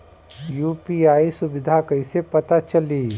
UPI सुबिधा कइसे पता चली?